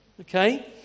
okay